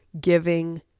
giving